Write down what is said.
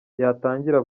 yatangira